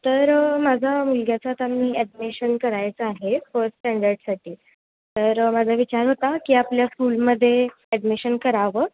तर माझा मुलग्याच आता मी ॲडमिशन करायचं आहे फर्स्ट स्टँडर्डसाठी तर माझा विचार होता की आपल्या स्कूलमध्ये ॲडमिशन करावं